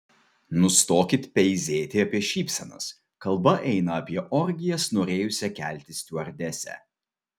nustokit peizėti apie šypsenas kalba eina apie orgijas norėjusią kelti stiuardesę